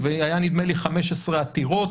תודה.